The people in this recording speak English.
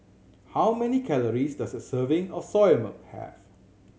how many calories does a serving of Soya Milk have